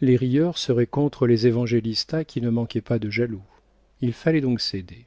les rieurs seraient contre les évangélista qui ne manquaient pas de jaloux il fallait donc céder